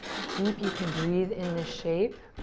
deep you can breathe in this shape.